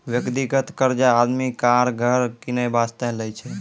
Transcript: व्यक्तिगत कर्जा आदमी कार, घर किनै बासतें लै छै